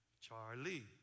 Charlie